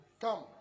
Come